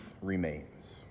remains